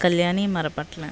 Kalyani Marapatla